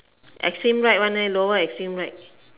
extreme right one leh lower extreme right